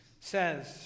says